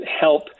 help